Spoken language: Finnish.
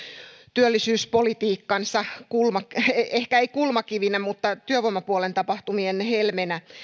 työllisyyspolitiikkansa kulmakivenä ei ehkä kulmakivenä mutta työvoimapuolen tapahtumien helmenä